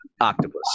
octopus